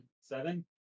Seven